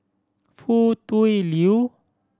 Foo Tui Liew